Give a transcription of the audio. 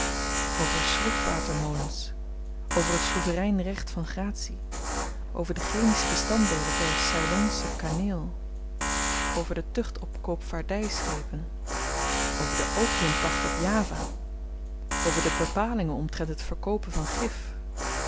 over schroefwatermolens over het souverein recht van gratie over de chemische bestanddeelen der ceylonsche kaneel over de tucht op koopvaardyschepen over de opiumpacht op java over de bepalingen omtrent het verkopen van gif